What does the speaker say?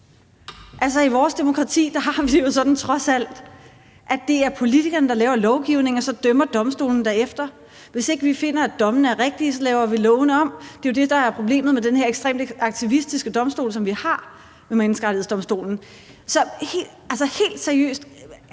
Altså, i vores demokrati har vi det jo trods alt sådan, at det er politikerne, der laver lovgivningen, og så dømmer domstolene derefter. Hvis ikke vi finder, at dommene er rigtige, så laver vi lovene om. Det er jo det, der er problemet med den her ekstremt aktivistiske domstol, som vi har, nemlig Menneskerettighedsdomstolen. Så helt seriøst: